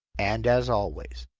and, as always,